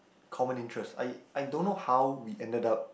common interest I I don't know how we ended up